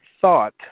thought